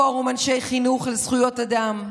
פורום אנשי חינוך לזכויות אדם,